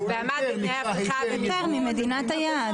היתר ממדינת היעד.